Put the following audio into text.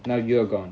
now you're gone